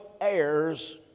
heirs